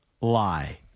lie